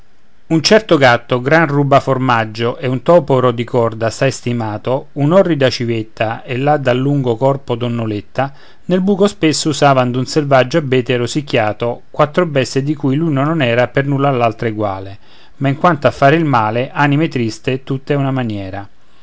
un certo gatto gran rubaformaggio e un topo rodicorda assai stimato un'orrida civetta e la dal lungo corpo donnoletta nel buco spesso usavan d'un selvaggio abete rosicchiato quattro bestie di cui l'una non era per nulla all'altra eguale ma in quanto a far il male anime triste tutte a una maniera